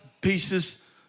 pieces